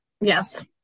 Yes